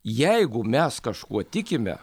jeigu mes kažkuo tikime